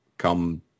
come